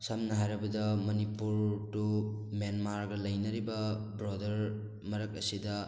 ꯁꯝꯅ ꯍꯥꯏꯔꯕꯗ ꯃꯅꯤꯄꯨꯔ ꯇꯨ ꯃꯦꯟꯃꯥꯔꯒ ꯂꯩꯅꯔꯤꯕ ꯕꯣꯗꯔ ꯃꯔꯛ ꯑꯁꯤꯗ